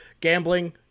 gambling